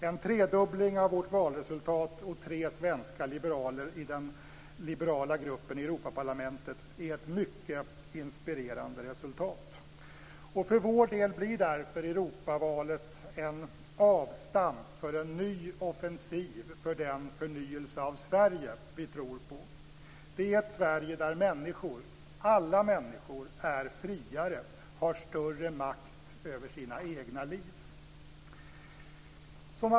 En tredubbling av vårt valresultat och tre svenska liberaler i den liberala gruppen i Europaparlamentet är ett mycket inspirerande resultat. För vår del blir därför Europavalet ett avstamp för en ny offensiv för den förnyelse av Sverige som vi tror på. Det är ett Sverige där människor - alla människor - är friare och har större makt över sina egna liv.